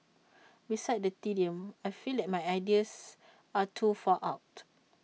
besides the tedium I feel that my ideas are too far out